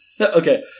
Okay